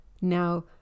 Now